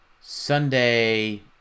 sunday